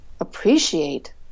appreciate